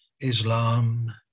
Islam